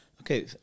Okay